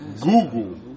Google